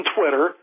Twitter